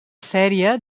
sèrie